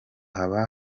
haba